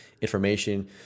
information